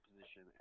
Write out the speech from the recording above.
position